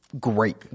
great